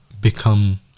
become